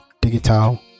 digital